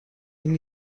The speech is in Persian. این